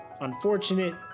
unfortunate